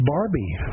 Barbie